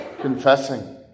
confessing